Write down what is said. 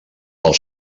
els